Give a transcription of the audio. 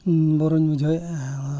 ᱤᱧ ᱵᱚᱨᱚᱧ ᱵᱩᱡᱷᱟᱹᱣᱮᱫᱼᱟ ᱟᱨ